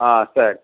ஆ சரி